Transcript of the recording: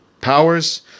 powers